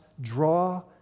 draw